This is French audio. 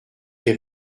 des